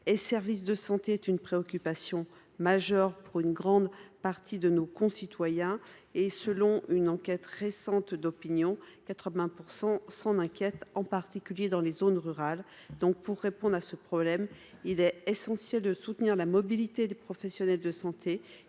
services de santé sont une préoccupation majeure pour une grande partie de nos concitoyens : selon une récente enquête d’opinion, 80 % d’entre eux s’en inquiètent, en particulier dans les zones rurales. Aussi, pour résoudre ce problème, il est essentiel de soutenir la mobilité des professionnels de santé.